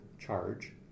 charge